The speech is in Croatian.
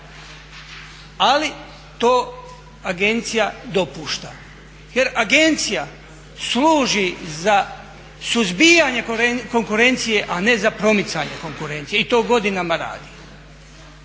ali to agencija dopušta jer agencija služi za suzbijanje konkurencije, a ne za promicanje konkurencije i to godinama radi.